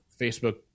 facebook